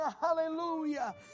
Hallelujah